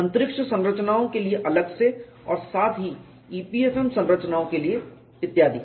अंतरिक्ष संरचनाओं के लिए अलग से और साथ ही EPFM संरचनाओं के लिए इत्यादि